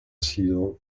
sido